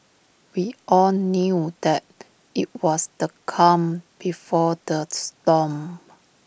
we all knew that IT was the calm before the storm